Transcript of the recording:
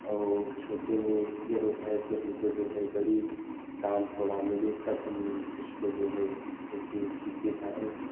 और छोटे में ये होता है कि हमको जो है बड़ी दाम थोड़ा मिले तब हम इसको जो है बेचे इसी के कारण